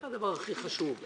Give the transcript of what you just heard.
זה הדבר הכי חשוב.